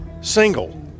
single